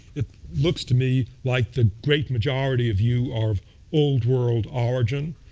it looks to me like the great majority of you are of old world origin,